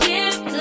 Give